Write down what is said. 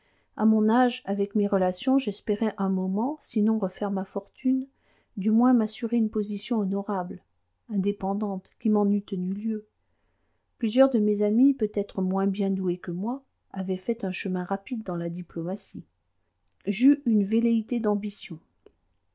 à mon âge avec mes relations j'espérai un moment sinon refaire ma fortune du moins m'assurer une position honorable indépendante qui m'en eût tenu lieu plusieurs de mes amis peut-être moins bien doués que moi avaient fait un chemin rapide dans la diplomatie j'eus une velléité d'ambition